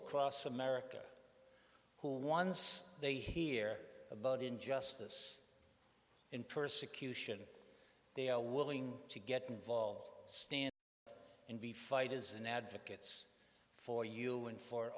across america who once they hear about injustice and persecution they are willing to get involved stan in the fight is an advocates for you and for